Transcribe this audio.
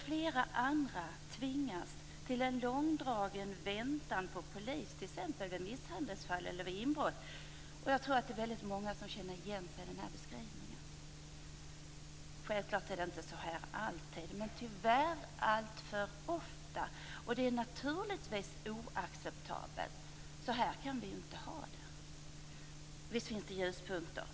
Flera andra tvingas till en långdragen väntan på polis t.ex. vid misshandelsfall eller vid inbrott. Jag tror att det är väldigt många som känner igen sig i denna beskrivning. Självfallet är det inte alltid så här, men tyvärr alltför ofta. Det är naturligtvis oacceptabelt. Så här kan vi inte ha det. Visst finns det ljuspunkter.